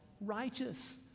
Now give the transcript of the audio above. righteous